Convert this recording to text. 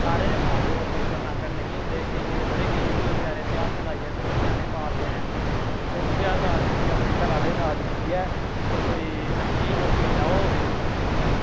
सारें दे मां प्यो नौकर माकर नेईं होंदे केइयें दे बड़े गरीब होंदे बचैरे ध्याह्ड़ियां लाइयै ते ञ्यानें पालदे न ते उं'दे अल दा दिक्खियै ते अपने घरे आह्ले दा दिक्खियै ते कोई अच्छी जी नौकरी लैओ